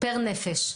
פר נפש.